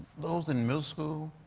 those in middle school,